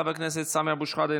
חבר הכנסת סמי אבו שחאדה,